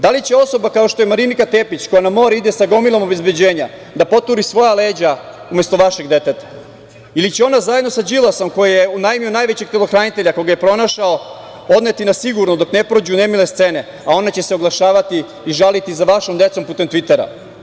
Da li će osoba kao što je Marinika Tepić koja na more ide sa gomilom obezbeđenja da poturi svoja leđa umesto vašeg deteta ili će ona zajedno sa Đilasom koji je unajmio najvećeg telohranitelja koga je pronašao odneti na sigurno dok ne prođu nemile scene, a ona će se oglašavati i žaliti za vašom decom putem „Tvitera“